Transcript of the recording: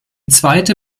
zweite